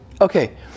Okay